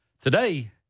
today –